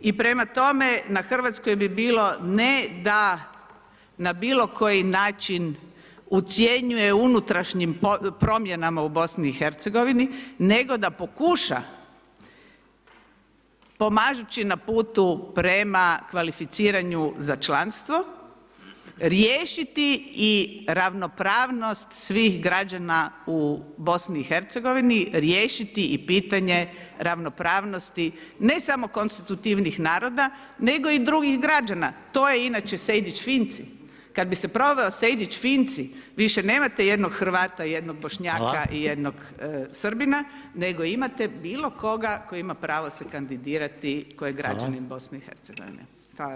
i prema tome na Hrvatskoj bi bilo ne da na bilo koji način ucjenjuje unutrašnjim promjenama u BiH nego da pokuša pomažući na putu prema kvalificiranju za članstvo riješiti i ravnopravnost svih građana u BiH, riješiti i pitanje ravnopravnosti ne samo konstitutivnih naroda nego i drugih građana to je inače Sejdić-Finci, kad bi se proveo Sejdić-Finci više nemate jednog Hrvata i jednog Bošnjaka [[Upadica: Hvala.]] i jednog Srbina nego imate bilo koga koji ima pravo se kandidirati koji je građanin BiH.